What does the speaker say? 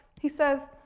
he says,